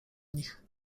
nich